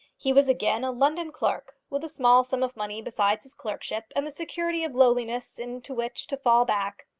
he was again a london clerk, with a small sum of money besides his clerkship, and the security of lowliness into which to fall back!